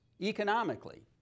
economically